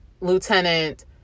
Lieutenant